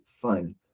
fun